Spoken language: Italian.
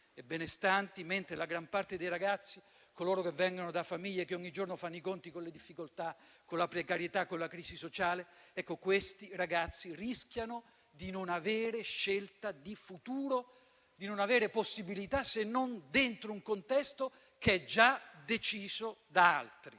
e benestanti, mentre la gran parte dei ragazzi, che vengono da famiglie che ogni giorno fanno i conti con le difficoltà, con la precarietà e con la crisi sociale, rischiano di non avere scelta di futuro e di non avere possibilità se non dentro un contesto che è già deciso da altri.